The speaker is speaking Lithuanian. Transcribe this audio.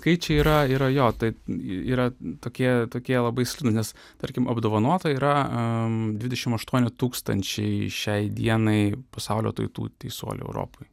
skaičiai yra yra jo tai yra tokie tokie labai slidūs nes tarkim apdovanota yra dvidešim aštuoni tūkstančiai šiai dienai pasaulio tautų teisuolių europoj